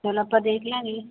ਚਲੋ ਆਪਾਂ ਦੇਖ ਲਵਾਂਗੇ